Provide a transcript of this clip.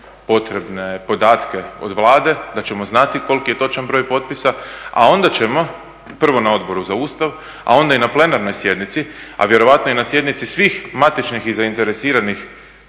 potrebne podatke od Vlade, da ćemo znati koliki je točan broj potpisa a onda ćemo prvo na Odboru za Ustav, a onda i na plenarnoj sjednici, a vjerojatno i na sjednici svih matičnih i zainteresiranih